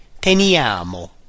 teniamo